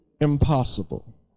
impossible